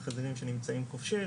של חזירים שנמצאים חופשי,